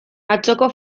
atzoko